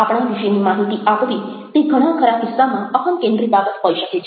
આપણા વિશેની માહિતી આપવી તે ઘણા ખરા કિસ્સામાં અહમ્ કેન્દ્રી બાબત હોઈ શકે છે